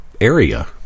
area